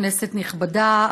כנסת נכבדה,